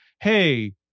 hey